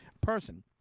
person